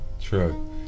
true